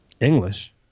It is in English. English